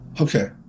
Okay